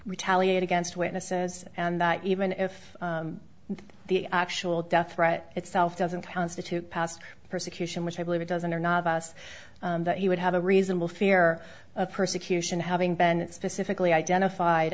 retaliate against witnesses and that even if the actual death threat itself doesn't constitute past persecution which i believe it doesn't or novice that he would have a reasonable fear of persecution having been specifically identified